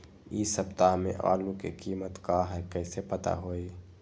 इ सप्ताह में आलू के कीमत का है कईसे पता होई?